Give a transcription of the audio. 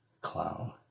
Clown